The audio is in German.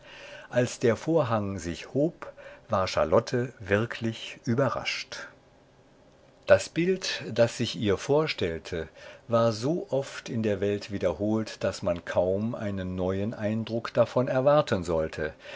als der vorhang sich hob war charlotte wirklich überrascht das bild das sich ihr vorstellte war so oft in der welt wiederholt daß man kaum einen neuen eindruck davon erwarten sollte